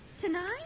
Tonight